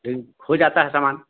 लेकिन खो जाता है सामान